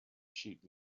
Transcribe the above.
sheet